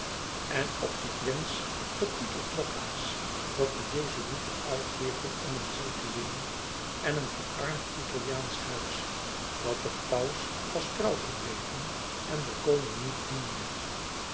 en op dien prins getiteld lokaas dat de jezuïeten uitwierpen om een ziel te winnen en een verarmd italiaansch huis dat den paus was trouw gebleven en den koning niet diende